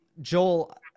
Joel